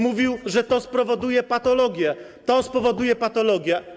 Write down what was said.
Mówił, że to spowoduje patologie, to spowoduje patologie.